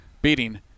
beating